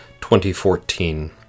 2014